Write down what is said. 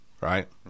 Right